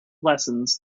lessons